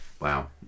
Wow